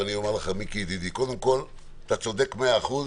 מיקי ידידי, קודם כול, אתה צודק מאה אחוז,